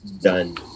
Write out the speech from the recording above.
done